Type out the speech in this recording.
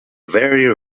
very